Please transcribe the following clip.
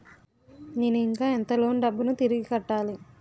నేను ఇంకా ఎంత లోన్ డబ్బును తిరిగి కట్టాలి?